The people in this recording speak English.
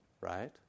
Right